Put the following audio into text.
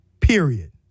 Period